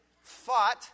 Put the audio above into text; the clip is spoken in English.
fought